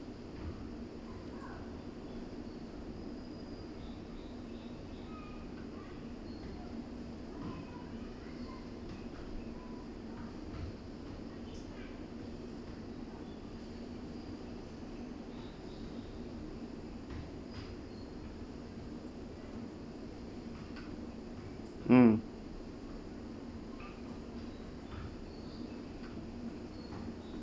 mm